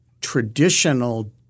traditional